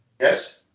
Yes